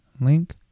link